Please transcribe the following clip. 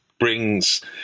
brings